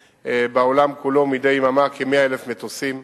בעולם כולו מדי יממה כ-100,000 מטוסים.